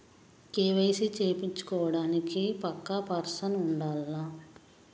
KYC చేపిచ్చుకోవడానికి పక్కా person ఉండాల్నా?